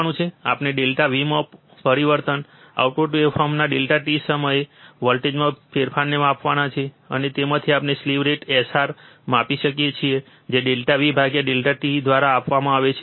આપણે ∆V માં પરિવર્તન આઉટપુટ વેવફોર્મના ∆t સમયે વોલ્ટેજમાં ફેરફારને માપવાના છે અને તેમાંથી આપણે સ્લીવ રેટ SR માપી શકીએ છીએ જે ∆V∆t દ્વારા આપવામાં આવે છે